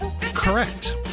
Correct